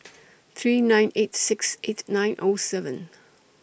three nine eight six eight nine O seven